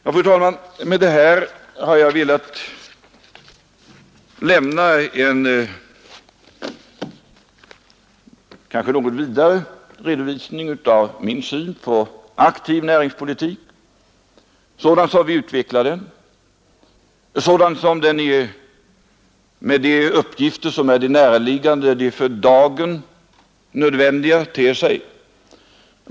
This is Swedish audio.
Ja, fru talman, med detta har jag velat lämna en kanske något vidare redovisning av min syn på aktiv näringspolitik, sådan vi utvecklar den och sådan den med de för dagen näraliggande nödvändiga uppgifterna ter sig.